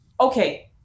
Okay